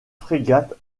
frégate